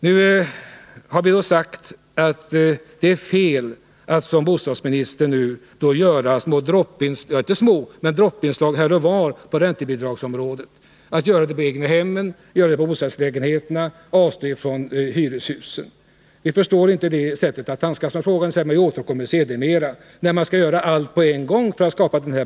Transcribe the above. Nu har vi sagt att det är fel att som bostadsministern göra insatser droppvis här och var på räntebidragsområdet i fråga om egnahemmen och bostadsrättslägenheterna— med avsteg från vad som gäller för hyreshusen. Vi förstår inte det sättet att handskas med frågan.